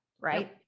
right